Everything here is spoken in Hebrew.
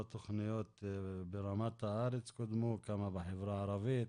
תכניות ברמת הארץ קודמו וכמה בחברה הערבית.